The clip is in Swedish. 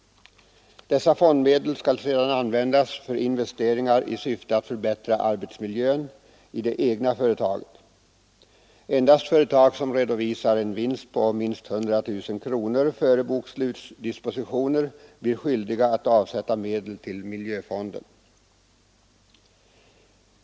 Dessa fondmedel skall sedan användas för investeringar i syfte att förbättra arbetsmiljön i det egna företaget. Endast företag som redovisar en vinst på minst 100 000 kronor före bokslutsdispositioner blir skyldiga att avsätta medel till miljöfonden.